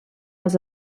els